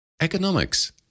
Economics